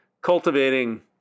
cultivating